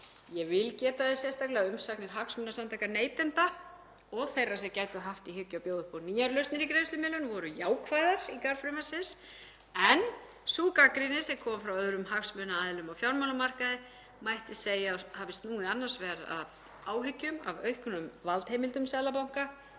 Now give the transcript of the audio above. Ég vil geta þess sérstaklega að umsagnir hagsmunasamtaka neytenda og þeirra sem gætu haft í hyggju að bjóða upp á nýjar lausnir í greiðslumiðlun voru jákvæðar í garð frumvarpsins en sú gagnrýni sem kom frá öðrum hagsmunaaðilum á fjármálamarkaði mætti segja að hafi snúið annars vegar að áhyggjum af auknum valdheimildum Seðlabanka